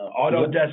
Autodesk